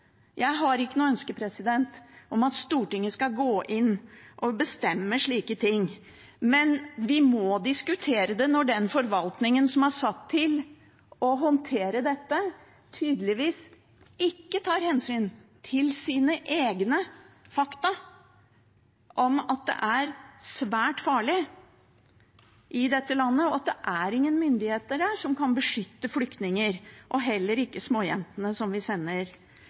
Jeg har ikke noe ønske om at Stortinget skal gå inn og bestemme slike ting, men vi må diskutere det når den forvaltningen som er satt til å håndtere dette, tydeligvis ikke tar hensyn til sine egne fakta om at det er svært farlig i det landet, og at det er ingen myndigheter der som kan beskytte flyktninger – heller ikke småjentene som vi sender